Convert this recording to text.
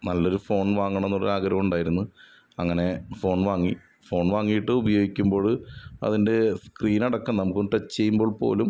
നല്ലൊരു ഫോൺ വാങ്ങണം എന്നൊരു ആഗ്രഹമുണ്ടായിരുന്നു അങ്ങനെ ഫോൺ വാങ്ങി ഫോൺ വാങ്ങിയിട്ട് ഉപയോഗിക്കുമ്പോൾ അതിൻ്റെ സ്ക്രീനടക്കം നമുക്ക് അത് ടച്ച് ചെയ്യുമ്പോൾ പോലും